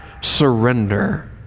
surrender